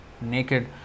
naked